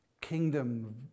kingdom